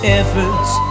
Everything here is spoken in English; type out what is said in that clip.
efforts